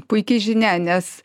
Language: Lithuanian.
puiki žinia nes